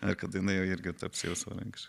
ar kada jinai jau irgi taps jau savarankiška